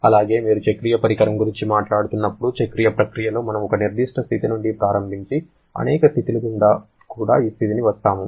అలాగే మీరు చక్రీయ పరికరం గురించి మాట్లాడుతున్నప్పుడు చక్రీయ ప్రక్రియలో మనం ఒక నిర్దిష్ట స్థితి నుండి ప్రారంభించి అనేక స్థితుల గుండా తిరిగి ఆ స్థితికి వస్తాము